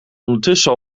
ondertussen